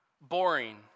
boring